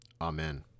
Amen